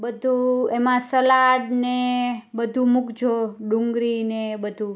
બધું એમાં સલાડને બધુ મુકજો ડુંગરીને એ બધું